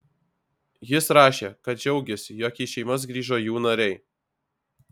jis rašė kad džiaugiasi jog į šeimas grįžo jų nariai